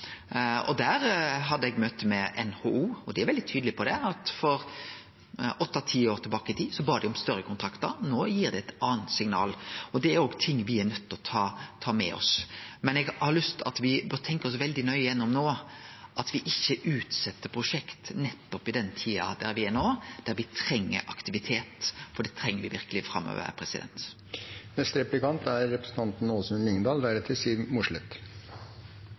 hadde møte med NHO, og dei er veldig tydelege på at dei for åtte?ti år tilbake i tid bad om større kontraktar, og no gir dei eit anna signal, og det er òg ting me er nøydde til å ta med oss. Men eg har lyst til å seie at me bør tenkje oss veldig nøye om no, at me ikkje utset prosjekt nettopp i den tida der me er no, der me treng aktivitet, for det treng me verkelig framover.